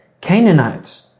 Canaanites